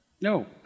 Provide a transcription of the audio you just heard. No